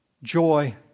Joy